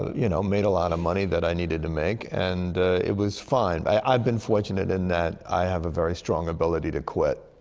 you know, made a lot of money that i needed to make. and it was fine. i've been fortunate in that i have a very strong ability to quit.